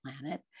planet